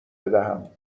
بدهم